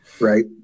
right